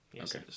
Okay